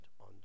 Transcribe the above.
on